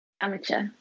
Amateur